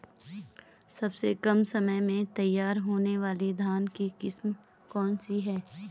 सबसे कम समय में तैयार होने वाली धान की किस्म कौन सी है?